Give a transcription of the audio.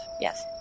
yes